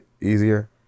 easier